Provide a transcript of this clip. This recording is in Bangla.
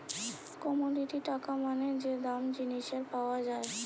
কমোডিটি টাকা মানে যে দাম জিনিসের পাওয়া যায়